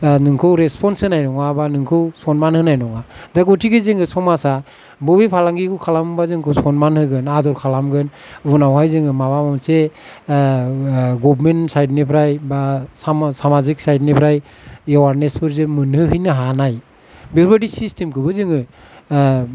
नोंखौ रेसपन्स होनाय नङा बा नोंखौ सन्मान होनाय नङा बे गतिके जोङो समाजा बबे फालांगिखौ खालामबा जोंखौ सन्मान होगोन आदर खालामगोन उनावहाय जोङो माबा मोनसे गभमेन्त सायदनिफ्राय बा साम सामाजाकि सायदनिफ्राय एवारनेसफोर जे मोनफिन्नो हानाय बेफोरबायदि सिस्तेमखौबो जोङो